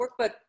Workbook